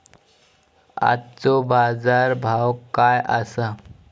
आजचो बाजार भाव काय आसा?